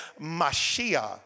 Mashiach